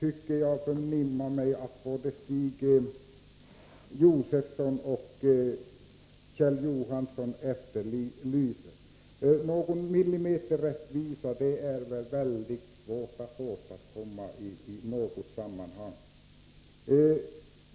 Både Stig Josefson och Kjell Johansson efterlyste rättvisa. En millimeterrättvisa är mycket svår att åstadkomma i något sammanhang.